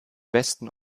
westen